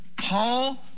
Paul